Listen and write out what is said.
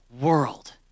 world